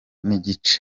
n’igice